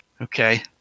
Okay